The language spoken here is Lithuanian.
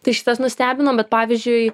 tai šitas nustebino bet pavyzdžiui